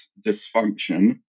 dysfunction